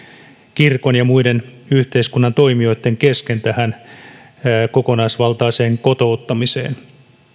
kirkon ja muiden yhteiskunnan toimijoitten kesken tähän kokonaisvaltaiseen kotouttamiseen